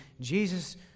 Jesus